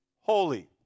holy